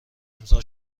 امضا